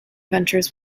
ventures